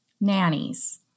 nannies